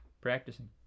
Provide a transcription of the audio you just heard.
practicing